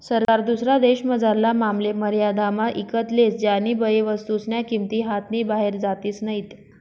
सरकार दुसरा देशमझारला मालले मर्यादामा ईकत लेस ज्यानीबये वस्तूस्न्या किंमती हातनी बाहेर जातीस नैत